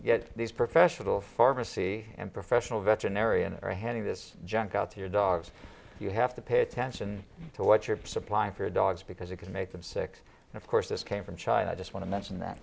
yet these professional pharmacy and professional veterinarians are handing this junk out to your dogs you have to pay attention to what your supply for dogs because it can make them sick and of course this came from china i just want to mention that